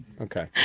Okay